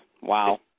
Wow